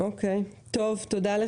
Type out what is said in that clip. תודה.